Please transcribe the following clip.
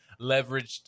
leveraged